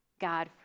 God